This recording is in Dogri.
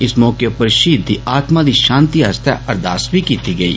इस मौके पर ष्हीद दी आत्मा दी षांति आस्तै 'अरदास' बी कीती गेई